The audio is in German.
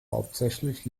hauptsächlich